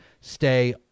stay